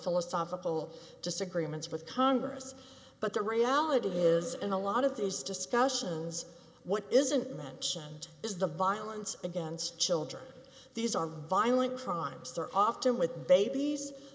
philosophical disagreements with congress but the reality is in a lot of these discussions what isn't mentioned is the violence against children these are violent crimes they're often with babies